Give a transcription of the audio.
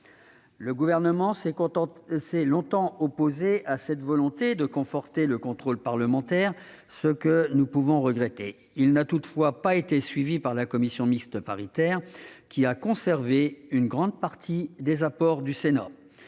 Le Gouvernement s'est longtemps opposé à cette volonté de conforter le contrôle parlementaire, ce que nous regrettons. Il n'a toutefois pas été suivi par la commission mixte paritaire, qui a conservé une grande partie des apports du Sénat.